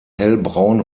hellbraun